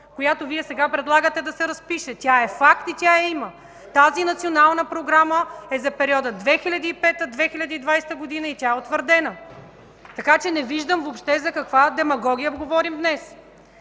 която Вие сега предлагате да се разпише. Тя е факт и я има! Тази Национална програма е за периода 2005-2020 г. и тя е утвърдена. Така че не виждам въобще за каква демагогия говорим днес.